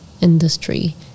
industry